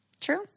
True